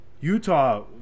Utah